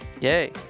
yay